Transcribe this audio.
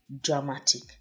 dramatic